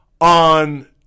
on